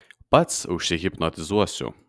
pats užsihipnotizuosiu